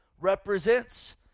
represents